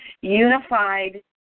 Unified